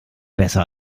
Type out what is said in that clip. besser